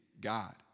God